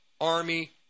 army